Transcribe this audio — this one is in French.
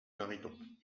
mariton